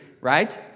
right